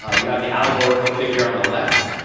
ah you have the allegorical figure on the left,